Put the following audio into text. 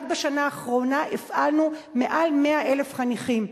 רק בשנה האחרונה הפעלנו יותר מ-100,000 חניכים.